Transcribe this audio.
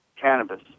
cannabis